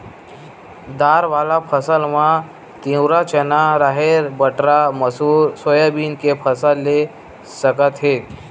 दार वाला फसल म तिंवरा, चना, राहेर, बटरा, मसूर, सोयाबीन के फसल ले सकत हे